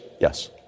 yes